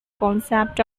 concept